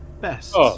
best